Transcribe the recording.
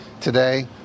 Today